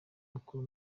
mukuru